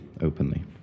openly